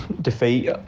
defeat